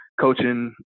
coaching